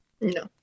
No